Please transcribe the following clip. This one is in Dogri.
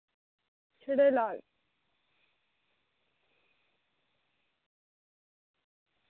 छड़े लाल